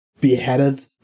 beheaded